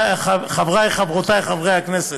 חברי חברותי חברי הכנסת,